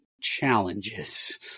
challenges